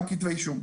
וגם כתבי אישום.